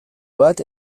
bat